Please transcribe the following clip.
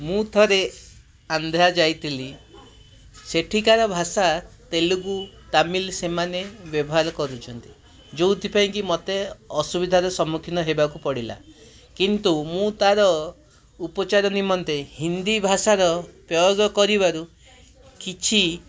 ମୁଁ ଥରେ ଆନ୍ଧ୍ରା ଯାଇଥିଲି ସେଠିକାର ଭାଷା ତେଲୁଗୁ ତାମିଲ୍ ସେମାନେ ବ୍ୟବହାର କରୁଚନ୍ତି ଯୋଉଥିପାଇଁକି ମୋତେ ଅସୁବିଧାରେ ସମ୍ମୁଖୀନ ହେବାକୁ ପଡ଼ିଲା କିନ୍ତୁ ମୁଁ ତାର ଉପଚାର ନିମନ୍ତେ ହିନ୍ଦୀ ଭାଷାର ପ୍ରୟୋଗ କରିବାରୁ କିଛି